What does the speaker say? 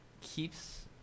keeps